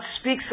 speaks